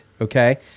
okay